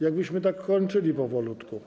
Jakbyśmy tak kończyli powolutku?